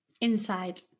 Inside